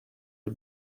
les